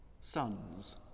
sons